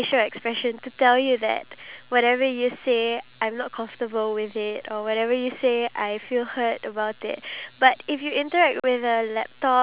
ya other than that you you know if you were to interact with people face to face then you would know the true nature of people's